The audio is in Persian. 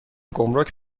گمرگ